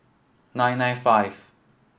nine nine five